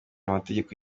amategeko